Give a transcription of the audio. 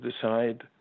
decide